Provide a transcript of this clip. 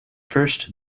first